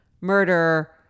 murder